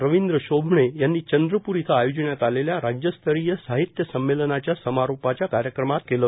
रवींद्र शोभणे यांनी चंद्रपूर इथं आयोजिण्यात आलेल्या राज्यस्तरीय साहित्य संमेलनाच्या समारोपाच्या कार्यक्रमात काळ व्यक्त केलं